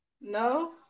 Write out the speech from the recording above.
No